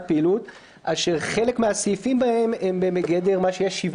פעילות אשר חלק מהסעיפים בהן הם בגדר מה שיש,